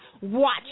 Watch